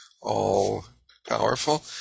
all-powerful